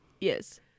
Yes